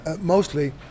mostly